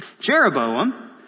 Jeroboam